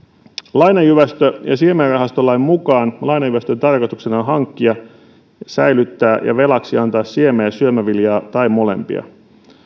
lainajyvästö ja siemenrahastolain mukaan lainajyvästön tarkoituksena on hankkia säilyttää ja velaksi antaa siemen tai syömäviljaa tai molempia